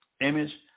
image